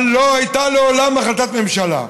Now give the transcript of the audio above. אבל לא הייתה מעולם החלטת ממשלה.